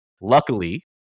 Luckily